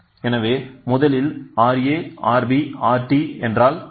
எனவே முதலில் Ra Rb Rt என்றால் என்ன